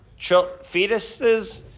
fetuses